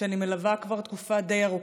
שאני מלווה כבר תקופה די ארוכה.